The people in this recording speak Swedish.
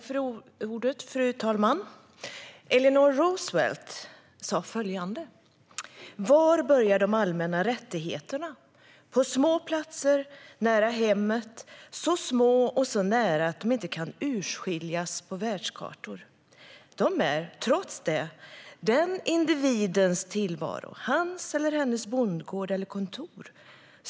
Fru talman! Eleanor Roosevelt sa följande: Var börjar de allmänna rättigheterna? På små platser, nära hemmet - så små och så nära att de inte kan urskiljas på världskartor. De är, trots det, den individens tillvaro, hans eller hennes bondgård eller kontor.